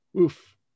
oof